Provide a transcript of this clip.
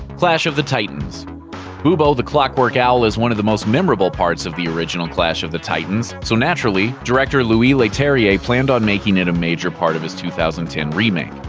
clash of the titans bubo the clockwork owl is one of the most memorable parts of the original clash of the titans, so naturally, director louis leterrier planned on making it a major part of his two thousand and ten remake.